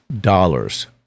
dollars